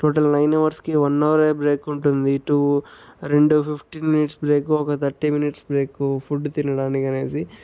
total nine అవర్స్కి one అవరే break ఉంటుంది టూ రెండు ఫిఫ్టీన్ మినిట్స్ బ్రేకు ఒక థర్టీ మినిట్స్ బ్రేకు ఫుడ్ తినడానికనేసి